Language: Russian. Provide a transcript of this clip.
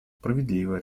справедливо